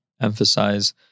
emphasize